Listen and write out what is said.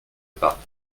pas